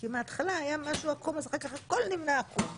כי מהתחלה היה משהו עקום אז אחר-כך הכול נבנה עקום.